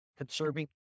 conserving